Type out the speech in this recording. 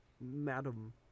Madam